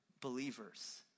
believers